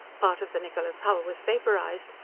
part of the niccola's hull was vaporized,